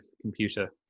computer